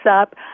up